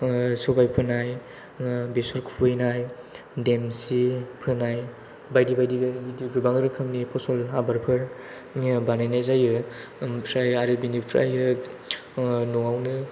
सबाय फोनाय बेसर खुबैनाय देमसि फोनाय बायदि बायदि बिदि गोबां रोखोमनि फसल आबादफोर बानायनाय जायो ओमफ्राय आरो बिनिफ्राय न'आवनो